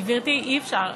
גברתי, אי-אפשר.